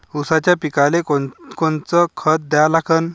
ऊसाच्या पिकाले कोनकोनचं खत द्या लागन?